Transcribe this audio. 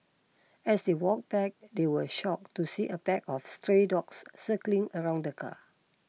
as they walked back they were shocked to see a pack of stray dogs circling around the car